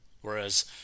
Whereas